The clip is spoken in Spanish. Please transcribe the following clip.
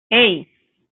hey